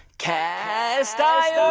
cast iron.